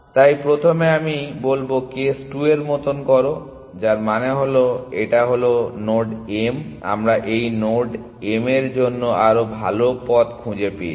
তাই প্রথমে আমি বলবো কেস 2 এর মতো করো যার মানে হল এটা হলো নোড m আমরা এই নোড m এর জন্য আরও ভালো পথ খুঁজে পেয়েছি